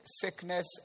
sickness